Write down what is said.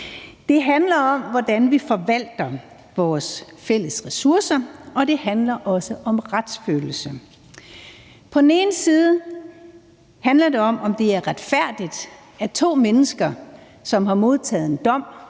handler om, hvordan vi forvalter vores fælles ressourcer, og det handler også om retsfølelse. Det handler om, om det er retfærdigt, at to mennesker, som har modtaget en dom